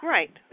Right